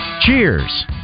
Cheers